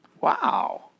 Wow